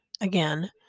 Again